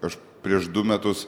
aš prieš du metus